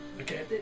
Okay